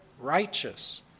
righteous